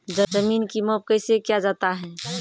जमीन की माप कैसे किया जाता हैं?